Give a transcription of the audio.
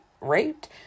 raped